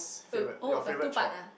uh oh got two part ah